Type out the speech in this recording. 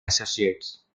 associates